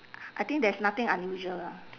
I think there's nothing unusual lah